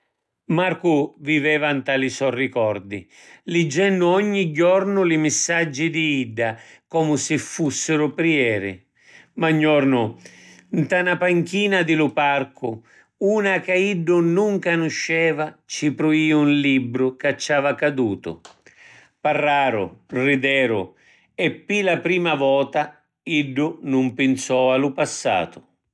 Marcu viveva nta li so ricordi, liggennu ogni jornu li missaggi di idda comu si fussiru prijeri. Ma ‘n jornu, nta na panchina di lu parcu, una ca iddu nun canusceva ci prujiu ‘n libru ca ci ava cadutu. Parraru, rideru, e pi la prima vota iddu nun pinsò a lu passatu.